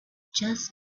just